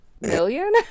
million